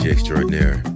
Extraordinaire